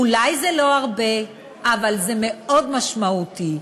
אולי זה לא הרבה אבל זה מאוד משמעותי,